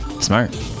smart